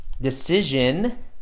decision